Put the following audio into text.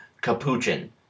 capuchin